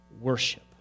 worship